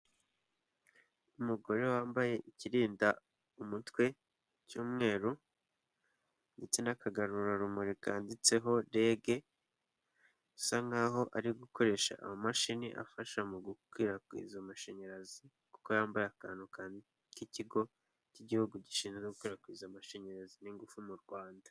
Umugore wambaye ikirinda umutwe cy'umweru ndetse n'akagarurarumuri kanditseho REG, asa nk'aho ari gukoresha amamashini afasha mu gukwirakwiza amashanyarazi, kuko yambaye akantu k'ikigo cy'igihugu gishinzwe gukwirakwiza amashanyarazi n'ingufu mu Rwanda.